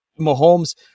Mahomes